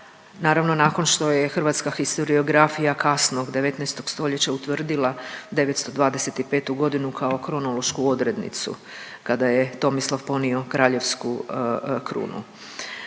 Naravno nakon što je hrvatska histeriografija kasnog 19. stoljeća utvrdila 925.—tu godinu kao kronološku odrednicu kada je Tomislav ponio kraljevsku krunu.